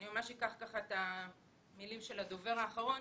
אקח את המילים של הדובר האחרון